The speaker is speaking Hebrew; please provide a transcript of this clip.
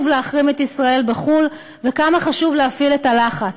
להחרים את ישראל בחו"ל וכמה חשוב להפעיל את הלחץ.